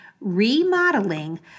remodeling